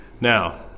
Now